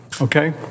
okay